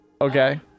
Okay